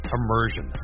Immersion